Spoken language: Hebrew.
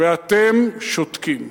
ואתם שותקים.